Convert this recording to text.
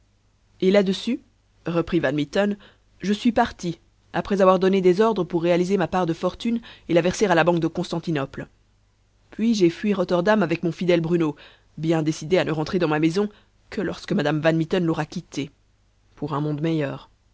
et là-dessus reprit van mitten je suis parti après avoir donné des ordres pour réaliser ma part de fortune et la verser à la banque de constantinople puis j'ai fui rotterdam avec mon fidèle bruno bien décidé à ne rentrer dans ma maison que lorsque madame van mitten l'aura quittée pour un monde meilleur